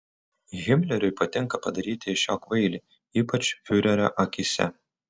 himleriui patinka padaryti iš jo kvailį ypač fiurerio akyse